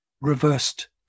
reversed